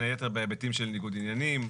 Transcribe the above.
בין היתר בהיבטים של ניגוד עניינים,